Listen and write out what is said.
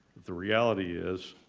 the reality is,